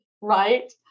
right